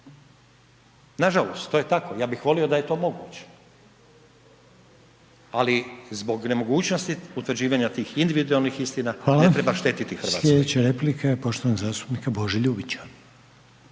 Nažalost, to je tako, ja bih volio da je to moguće, ali zbog nemogućnosti utvrđivanja tih individualnih istina…/Upadica: Hvala/…ne treba štetiti RH. **Reiner, Željko (HDZ)** Slijedeća replika poštovanog zastupnika Bože Ljubića.